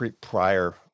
prior